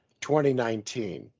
2019